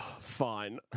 fine